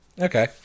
Okay